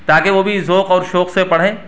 تاکہ وہ بھی ذوق اور شوق سے پڑھیں